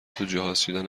توجهازچیدن